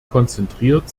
konzentriert